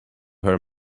her